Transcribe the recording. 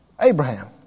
Abraham